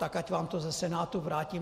Tak ať vám to ze Senátu vrátí.